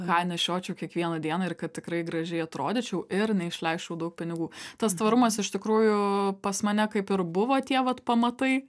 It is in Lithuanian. ką nešiočiau kiekvieną dieną ir kad tikrai gražiai atrodyčiau ir neišleisčiau daug pinigų tas tvarumas iš tikrųjų pas mane kaip ir buvo tie vat pamatai